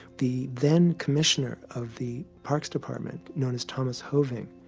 the then commissioner of the parks department, known as thomas hoven,